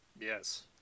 Yes